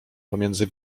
pomiędzy